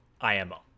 IMO